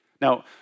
Now